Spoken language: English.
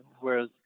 whereas